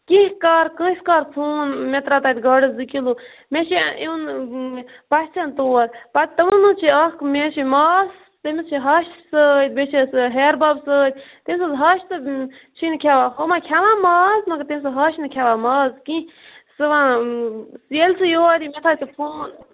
کینٛہہ کر کٲنٛسہِ کر فون مےٚ تراو تَتہِ گاڈس زٕ کلوٗ مےٚ چھُ یُن پَژھیٚن تور پَتہٕ تمن مَنٛز چھِ اکھ مےٚ چھِ ماس تٔمس چھِ ہش سۭتۍ بیٚیہِ چھَس ہیٚہَر بب سۭتۍ تٔمۍ سٕنٛز ہش تہٕ چھِنہٕ کھیٚوان ہُم ہے کھیٚوان ماز مگر تٔمۍ سٕنٛز ہش نہ کھیٚوان ماز کِہیٖنۍ سُہ وَنان ییٚلہِ سُہ یور یی گَژھان چھُ فون